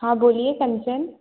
हाँ बोलिए कंचन